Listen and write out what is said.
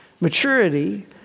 Maturity